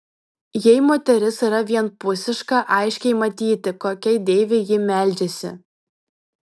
jei moteris yra vienpusiška aiškiai matyti kokiai deivei ji meldžiasi